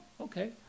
okay